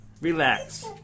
Relax